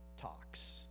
talks